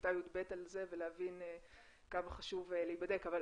בכיתה י"ב על זה ולהבין כמה חשוב להיבדק, אבל